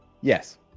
Yes